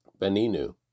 Beninu